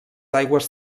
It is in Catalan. aigües